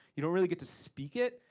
you don't really get to speak it.